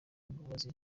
imbabazi